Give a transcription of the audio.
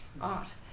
art